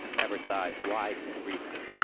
everts' eyes widened briefly.